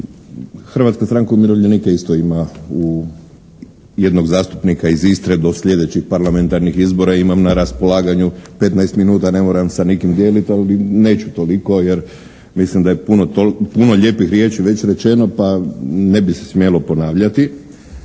Hrvatska stranka umirovljenika isto ima u, jednog zastupnika iz Istre do sljedećih parlamentarnih izbora, imam na raspolaganju 15 minuta. Ne moram sa nikim dijeliti ali neću toliko jer mislim da je puno, puno lijepih riječi već rečeno pa ne bi se smjelo ponavljati.